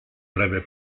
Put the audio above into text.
breve